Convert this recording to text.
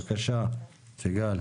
בבקשה סיגל,